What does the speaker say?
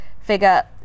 figure